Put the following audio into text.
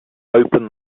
open